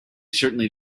certainly